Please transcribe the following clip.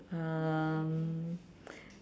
um